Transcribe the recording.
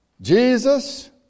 Jesus